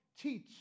teach